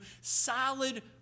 solid